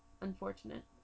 unfortunate